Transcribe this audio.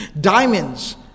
diamonds